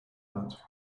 that